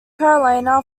carolina